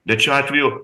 bet šiuo atveju